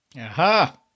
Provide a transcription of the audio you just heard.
Aha